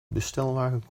bestelwagen